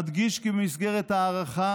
אדגיש כי במסגרת ההארכה